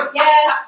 yes